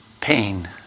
pain